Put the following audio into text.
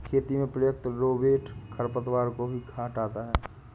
खेती में प्रयुक्त रोबोट खरपतवार को भी हँटाता है